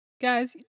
Guys